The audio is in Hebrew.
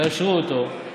תאשרו אותו,